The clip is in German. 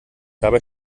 dabei